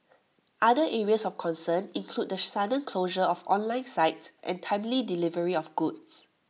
other areas of concern include the sudden closure of online sites and timely delivery of goods